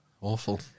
awful